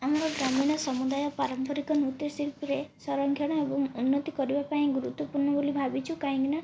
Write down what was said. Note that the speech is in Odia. ଆମର ଗ୍ରାମୀଣ ସମୁଦାୟ ପାରମ୍ପରିକ ନୃତ୍ୟଶିଳ୍ପୀରେ ସଂରକ୍ଷଣ ଏବଂ ଉନ୍ନତି କରିବା ପାଇଁ ଗୁରୁତ୍ୱପୂର୍ଣ୍ଣ ବୋଲି ଭାବିଛୁ କାହିଁକି ନା